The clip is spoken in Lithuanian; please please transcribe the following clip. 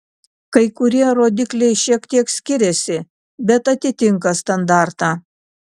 kai kurie rodikliai šiek tiek skiriasi bet atitinka standartą